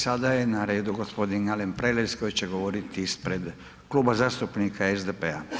Sada je na radu gospodin Alen Prelec, koji će govoriti ispred Kluba zastupnika SDP-a.